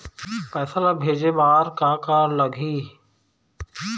पैसा ला भेजे बार का का लगही?